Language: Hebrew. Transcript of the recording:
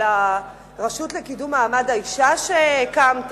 על הרשות לקידום מעמד האשה שהקמת,